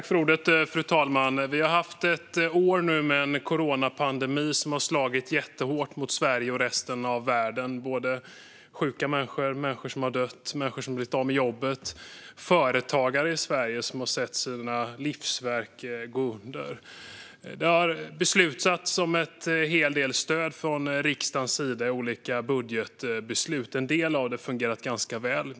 Fru talman! Vi har haft ett år med en coronapandemi som har slagit jättehårt mot Sverige och resten av världen. Människor har blivit sjuka och dött, människor har blivit av med jobbet och företagare i Sverige har sett sina livsverk gå under. Det har beslutats om en hel del stöd från riksdagens sida i olika budgetbeslut. En del av dem har fungerat ganska väl.